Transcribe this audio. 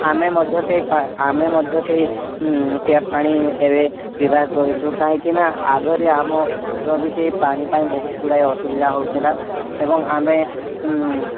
ଆମେ ମଧ୍ୟ ସେଇ ପା ଆମେ ମଧ୍ୟ ସେଇ ଟ୍ୟାପ୍ ପାଣି ଏବେ ବ୍ୟବହାର କରୁଛୁ କାହିଁକି ନା ଆଗରେ ଆମର ବି ସେଇ ପାଣି ପାଇଁ ବହୁତଗୁଡ଼ାଏ ଅସୁବିଧା ହେଉଥିଲା ଏବଂ ଆମେ